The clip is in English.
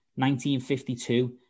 1952